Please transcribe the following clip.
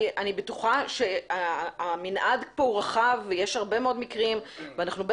אני בטוחה שהמנעד כאן רחב ויש הרבה מאוד מקרים ובטח